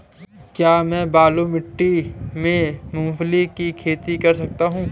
क्या मैं बालू मिट्टी में मूंगफली की खेती कर सकता हूँ?